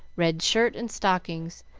red shirt and stockings,